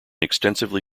extensively